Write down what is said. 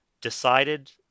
decided